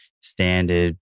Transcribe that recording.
standard